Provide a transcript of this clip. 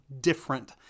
different